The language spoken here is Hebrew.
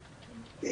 אני בת 43,